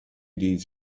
days